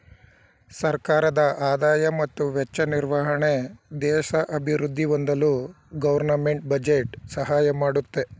ಸರ್ಕಾರದ ಆದಾಯ ಮತ್ತು ವೆಚ್ಚ ನಿರ್ವಹಣೆ ದೇಶ ಅಭಿವೃದ್ಧಿ ಹೊಂದಲು ಗೌರ್ನಮೆಂಟ್ ಬಜೆಟ್ ಸಹಾಯ ಮಾಡುತ್ತೆ